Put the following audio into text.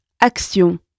Action